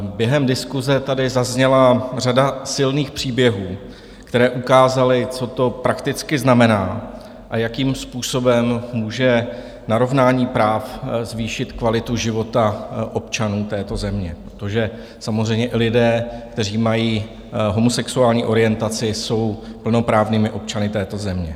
Během diskuse tady zazněla řada silných příběhů, které ukázaly, co to prakticky znamená a jakým způsobem může narovnání práv zvýšit kvalitu života občanů této země, protože samozřejmě lidé, kteří mají homosexuální orientaci, jsou plnoprávnými občany této země.